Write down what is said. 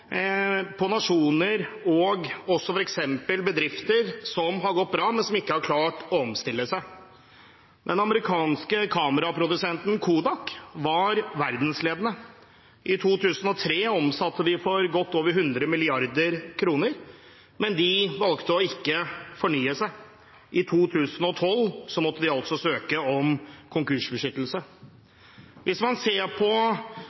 nasjoner og f.eks. bedrifter som har gått bra, men som ikke har klart å omstille seg. Den amerikanske kameraprodusenten Kodak var verdensledende. I 2003 omsatte de for godt over 100 mrd. kr, men valgte ikke å fornye seg. I 2012 måtte de søke om konkursbeskyttelse. Hvis man ser på